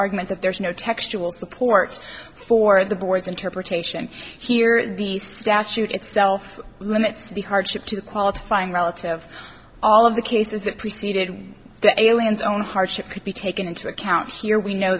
argument that there is no textual support for the board's interpretation here the statute itself limits the hardship to qualifying relative all of the cases that preceded that aliens own hardship could be taken into account here we know